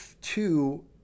two